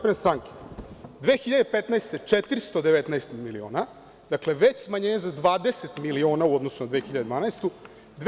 Godine 2015. - 419 miliona, dakle veće smanjenje za 20 miliona u odnosu na 2012. godinu.